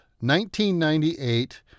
1998